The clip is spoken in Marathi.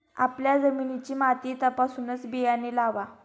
आपल्या जमिनीची माती तपासूनच बियाणे लावा